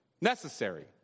Necessary